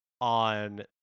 on